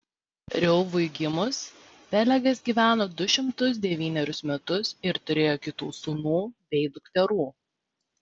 reuvui gimus pelegas gyveno du šimtus devynerius metus ir turėjo kitų sūnų bei dukterų